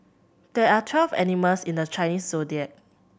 there are twelve animals in the Chinese Zodiac